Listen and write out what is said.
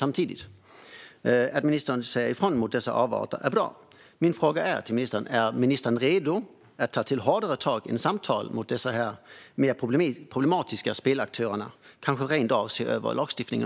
Att ministern säger ifrån mot dessa avarter är bra. Min fråga till ministern är: Är ministern redo att ta till hårdare tag genom samtal med de mer problematiska spelaktörerna och kanske rent av se över lagstiftningen?